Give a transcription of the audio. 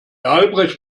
albrecht